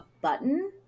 button